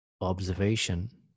observation